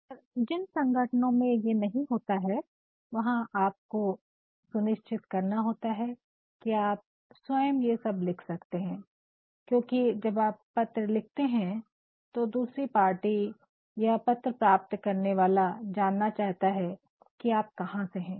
पर जिन संगठनों में ये नहीं होता है वहाँ आपको सुनिश्चित करना होता है कि आप स्वयं ये सब लिख सकते है क्योकि जब आप पत्र लिखते है तो दूसरी पार्टी या पत्र प्राप्त करने वाला जानना चाहता है कि आप कहाँ से है